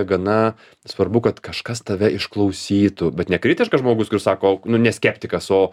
gana svarbu kad kažkas tave išklausytų bet ne kritiškas žmogus kuris sako nu ne skeptikas o